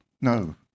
no